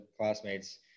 classmates